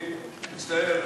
אני מצטער,